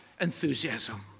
enthusiasm